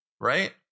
Right